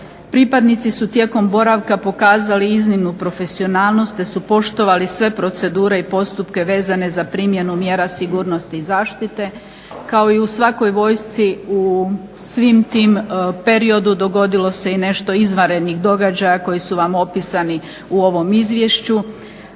Pripadnici su tijekom boravka pokazali iznimnu profesionalnost te su poštovali sve procedure i postupke vezane za primjenu mjera sigurnosti i zaštite. Kao i u svakoj vojsci bilo je i nešto kršenja vojne stege u okviru